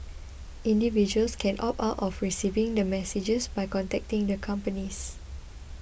individuals can opt out of receiving the messages by contacting the companies